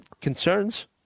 concerns